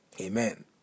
Amen